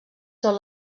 són